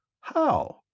How